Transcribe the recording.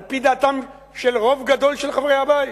על-פי דעתם של רוב גדול של חברי הבית.